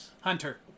Hunter